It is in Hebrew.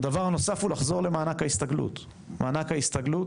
דבר נוסף הוא חזרה למענק ההסתגלות, מענק ההסתגלות